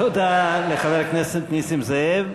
תודה לחבר הכנסת נסים זאב.